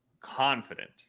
confident